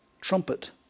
trumpet